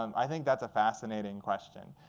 um i think that's a fascinating question.